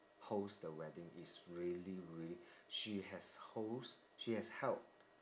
host the wedding it's really really she has host she has held